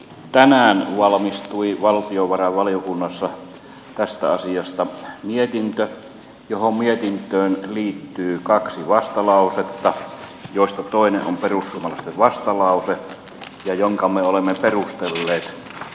tänään valmistui valtiovarainvaliokunnassa tästä asiasta mietintö johon mietintöön liittyy kaksi vastalausetta joista toinen on perussuomalaisten vastalause jonka me olemme perustelleet varsin hyvin